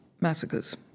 massacres